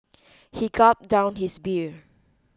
he gulped down his beer